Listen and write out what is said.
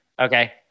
Okay